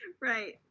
Right